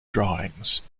drawings